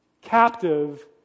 captive